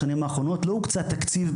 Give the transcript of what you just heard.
בשנים האחרונות לא הוקצה תקציב,